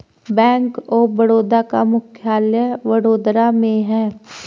bank of Baroda का मुख्यालय वडोदरा में है